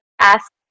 ask